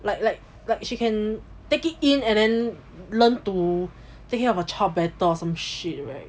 like like like she can take it in and then learn to take care of her child better or some shit